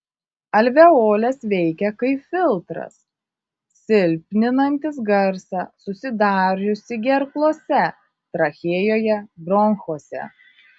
alveolės veikia kaip filtras silpninantis garsą susidariusį gerklose trachėjoje bronchuose